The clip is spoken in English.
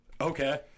Okay